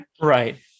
Right